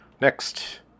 Next